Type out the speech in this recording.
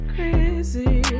Crazy